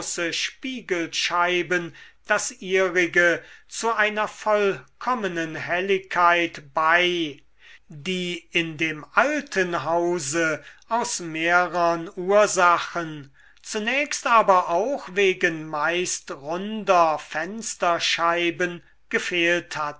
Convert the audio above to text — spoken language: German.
spiegelscheiben das ihrige zu einer vollkommenen helligkeit bei die in dem alten hause aus mehrern ursachen zunächst aber auch wegen meist runder fensterscheiben gefehlt hatte